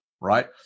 Right